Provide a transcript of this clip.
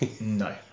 No